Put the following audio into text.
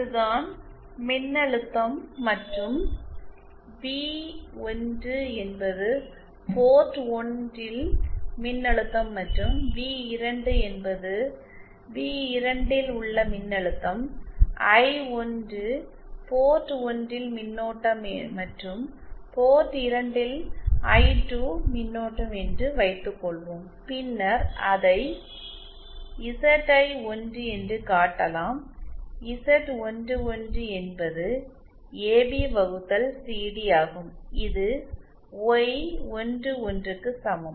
இதுதான் மின்னழுத்தம் மற்றும் வி1 என்பது போர்ட் 1 இல் மின்னழுத்தம் மற்றும் வி2 என்பது வி2 இல் உள்ள மின்னழுத்தம் ஐ1 போர்ட் 1 இல் மின்னோட்டம் மற்றும் போர்ட் 2 இல் ஐ2 மின்னோட்டம் என்று வைத்துக்கொள்வோம் பின்னர் அதை ZI1 என்று காட்டலாம் Z11 என்பது ஏபி வகுத்தல் சிடி ஆகும் இது Y11 க்கு சமம்